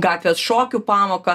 gatvės šokių pamoką